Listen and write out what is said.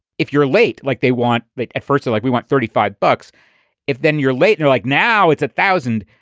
if you're late, like they want at first of, like we want thirty five bucks if then you're late they're like now it's a thousand.